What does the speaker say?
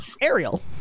Ariel